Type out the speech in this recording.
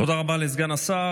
תודה רבה לסגן השר.